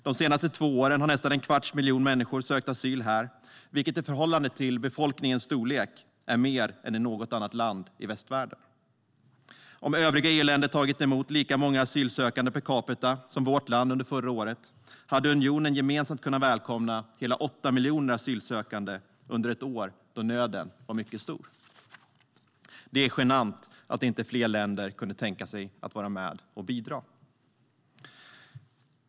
De senaste två åren har nästan en kvarts miljon människor sökt asyl här, vilket i förhållande till befolkningens storlek är mer än i något annat land i västvärlden. Om övriga EU-länder tagit emot lika många asylsökande per capita som vårt land under förra året hade unionen gemensamt kunna välkomna hela 8 miljoner asylsökande under ett år då nöden var mycket stor. Det är genant att inte fler länder kunde tänka sig att vara med och bidra.